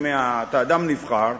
אתה אדם נבחר,